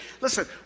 listen